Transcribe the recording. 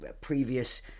previous